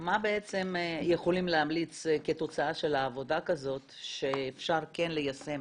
מה בעצם יכולים להמליץ כתוצאה מעבודה כזאת שאפשר כן ליישם